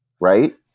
Right